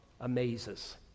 amazes